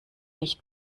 nicht